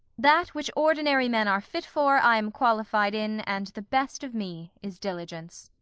that which ordinary men are fit for, i am qualified in, and the best of me is diligence.